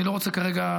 אני לא רוצה כרגע,